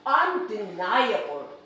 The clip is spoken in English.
Undeniable